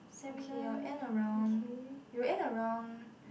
okay I'll around you end around